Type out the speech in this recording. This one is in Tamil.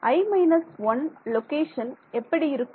i 1 லோகேஷன் எப்படி இருக்கும்